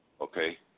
okay